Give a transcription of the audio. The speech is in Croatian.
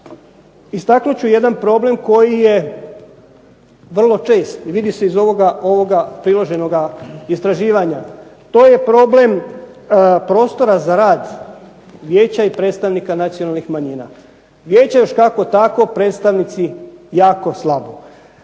istaknut ću jedan problem koji je vrlo čest i vidi se iz ovoga priloženoga istraživanja. To je problem prostora za rad vijeća i predstavnika nacionalnih manjina. Vijeće još kako tako, predstavnici jako slabo.